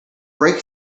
brake